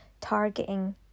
targeting